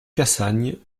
cassagnes